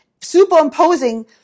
Superimposing